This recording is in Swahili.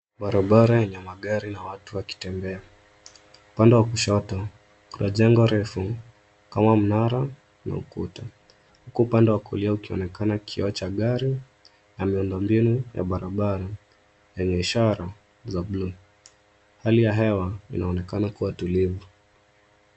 Barabara yenye gari na watu wakitembea. Upande kushoto, kuna jengo refu kama mnara na ukuta huku upande wa kulia ukionekana kioo cha gari na miundo mbinu ya barabara yenye ishara za bluu. Hali ya hewa inaonekana kuwa tulivu.